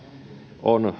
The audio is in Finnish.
on